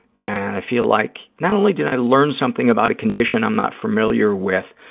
and i feel like not only did i learn something about a condition i'm not familiar with,